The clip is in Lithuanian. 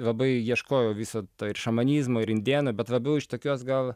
labai ieškojau viso to ir šamanizmo ir indėnų bet labiau iš tokios gal